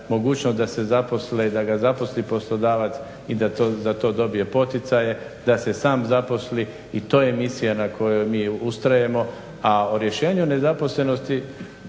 mogućnost da se zaposle da ga zaposli poslodavac i da za to dobije poticaje, da se sam zaposli i to je misija na kojoj mi ustrajemo. A o rješenju nezaposlenosti,